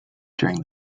during